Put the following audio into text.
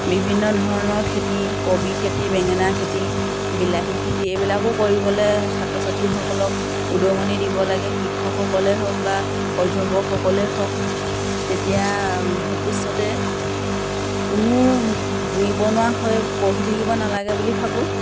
বিভিন্ন ধৰণৰ খেতি কবি খেতি বেঙেনা খেতি বিলাহী খেতি এইবিলাকো কৰিবলৈ ছাত্ৰ ছাত্ৰীসকলক উদঙনি দিব লাগে শিক্ষকসকলেই হওক বা অভ্যৱকসকলেই হওক তেতিয়া ভৱিষ্যতে কোনো নিবনুৱা হৈ বহি থাকিব নালাগে বুলি ভাবোঁ